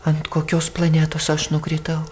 ant kokios planetos aš nukritau